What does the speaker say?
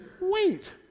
Wait